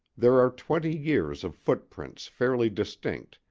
there are twenty years of footprints fairly distinct,